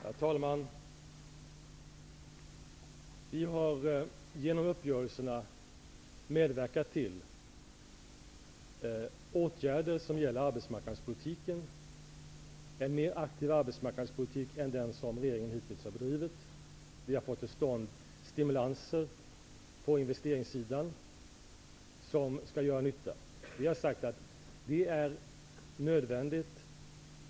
Herr talman! Vi har genom uppgörelserna medverkat till åtgärder som gäller arbetsmarknadspolitiken - en mer aktiv arbetsmarknadspolitik än den som regeringen hittills bedrivit. Vi har fått till stånd stimulanser på investeringssidan som skall göra nytta. Vi har sagt att det är nödvändigt.